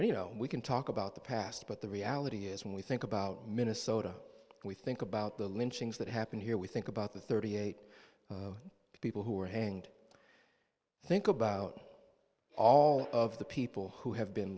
and you know we can talk about the past but the reality is when we think about minnesota we think about the lynchings that happened here we think about the thirty eight people who were hanged i think about all of the people who have been